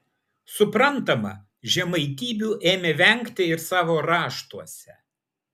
suprantama žemaitybių ėmė vengti ir savo raštuose